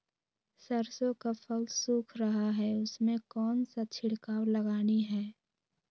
सरसो का फल सुख रहा है उसमें कौन सा छिड़काव लगानी है?